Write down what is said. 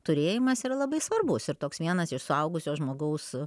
turėjimas yra labai svarbus ir toks vienas iš suaugusio žmogaus